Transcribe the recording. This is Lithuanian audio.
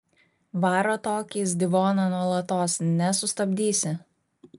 varo tokį izdivoną nuolatos nesustabdysi